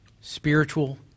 spiritual